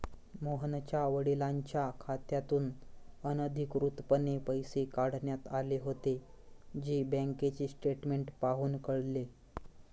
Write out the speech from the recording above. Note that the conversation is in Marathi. मोहनच्या वडिलांच्या खात्यातून अनधिकृतपणे पैसे काढण्यात आले होते, जे बँकेचे स्टेटमेंट पाहून कळले